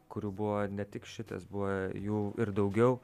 kurių buvo ne tik šitas buvo jų ir daugiau